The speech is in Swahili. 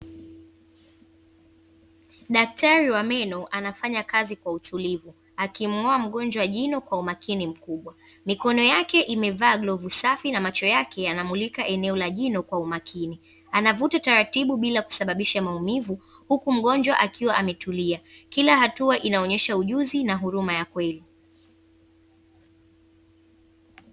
Daktari wa meno anafanya kazi kwa utulivu, akimng'oa mgonjwa jino kwa umakini mkubwa, mikono yake imevaa glovu safi na macho yake yanamulika eneo la jino kwa umakini, anavuta taratibu bila kusababisha maumivu, huku mgonjwa akiwa ametulia, kila hatua inaonyesha ujuzi na huruma ya kweli.